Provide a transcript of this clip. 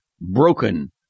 broken